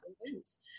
events